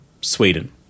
Sweden